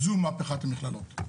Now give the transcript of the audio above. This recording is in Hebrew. זו מהפכת המכללות.